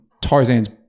Tarzan's